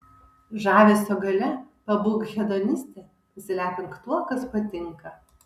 žavesio galia pabūk hedoniste pasilepink tuo kas patinka